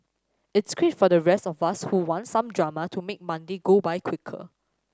it's great for the rest of us who want some drama to make Monday go by quicker